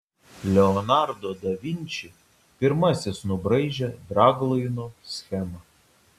leonardo da vinči pirmasis nubraižė draglaino schemą